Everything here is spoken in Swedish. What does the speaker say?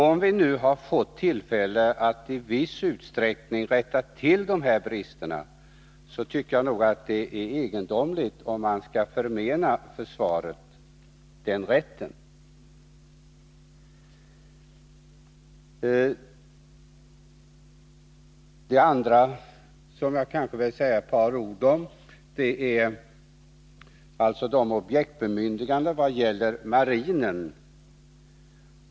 Om försvaret nu har fått tillfälle att i viss utsträckning rätta till de här bristerna, tycker jag nog att det är egendomligt om man skall förmena försvaret den rätten. Det andra som jag vill säga ett par ord om är objektbemyndigandena vad gäller marinen.